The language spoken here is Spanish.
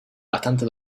bastante